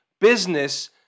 business